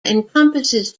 encompasses